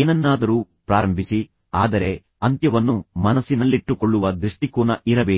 ಏನನ್ನಾದರೂ ಪ್ರಾರಂಭಿಸಿ ಆದರೆ ಅಂತ್ಯವನ್ನು ಮನಸ್ಸಿನಲ್ಲಿಟ್ಟುಕೊಳ್ಳುವ ದೃಷ್ಟಿಕೋನ ಇರಬೇಕು